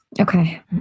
Okay